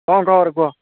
କ'ଣ ଖବର କୁହ